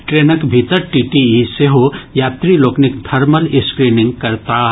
ट्रेनक भीतर टीटीई सेहो यात्री लोकनिक थर्मल स्क्रीनिंग करताह